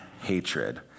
hatred